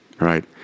Right